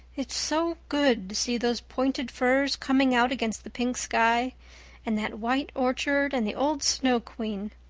it's so good to see those pointed firs coming out against the pink sky and that white orchard and the old snow queen.